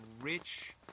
rich